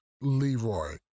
Leroy